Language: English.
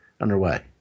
underway